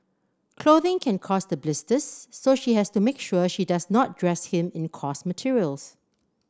clothing can cause the blisters so she has to make sure she does not dress him in coarse materials